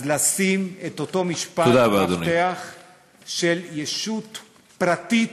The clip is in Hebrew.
אז לשים באותו משפט מפתח גם ישות פרטית,